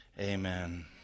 Amen